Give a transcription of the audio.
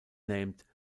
named